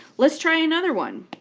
let's try another one.